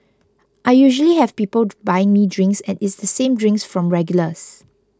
I usually have people buying me drinks and it's the same drinks from regulars